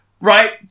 Right